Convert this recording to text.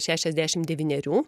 šešiasdešim devynerių